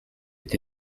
est